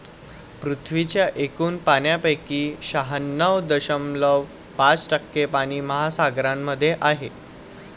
पृथ्वीच्या एकूण पाण्यापैकी शहाण्णव दशमलव पाच टक्के पाणी महासागरांमध्ये आहे